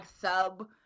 sub